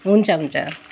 हुन्छ हुन्छ